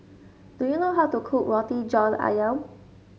do you know how to cook Roti John ayam